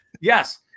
Yes